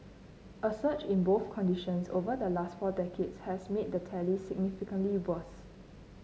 a surge in both conditions over the last four decades has made the tally significantly worse